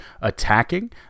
attacking